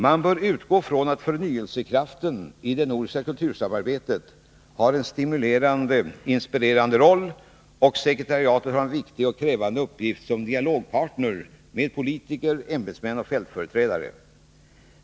Man bör utgå från att förnyelsekraften i det nordiska kultursamarbetet har en stimulerande inspirerande roll, och sekretariatet har en viktig och krävande uppgift som dialogpartner med politiker, ämbetsmän och fältföreträdare.